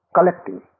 collecting